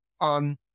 on